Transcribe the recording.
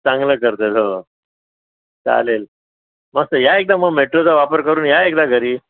चांगलं करते हो चालेल मस्त या एकदा म मेट्रोचा वापर करून या एकदा घरी